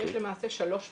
יש למעשה שלוש פנים,